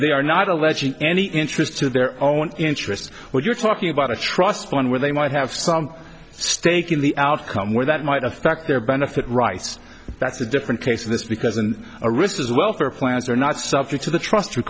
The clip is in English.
they are not alleging any interest to their own interests when you're talking about a trust fund where they might have some stake in the outcome where that might affect their benefit rice that's a different case of this because and a risk as well for plans are not subject to the trust